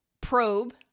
probe